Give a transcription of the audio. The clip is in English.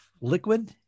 liquid